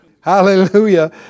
Hallelujah